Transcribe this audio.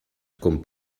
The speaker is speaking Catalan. com